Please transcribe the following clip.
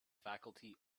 faculty